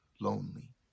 lonely